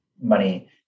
money